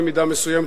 במידה מסוימת,